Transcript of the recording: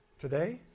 Today